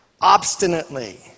obstinately